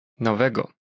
Nowego